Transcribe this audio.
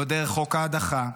לא דרך חוק ההדחה,